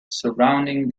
surrounding